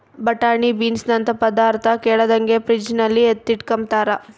ಬಟಾಣೆ ಬೀನ್ಸನಂತ ಪದಾರ್ಥ ಕೆಡದಂಗೆ ಫ್ರಿಡ್ಜಲ್ಲಿ ಎತ್ತಿಟ್ಕಂಬ್ತಾರ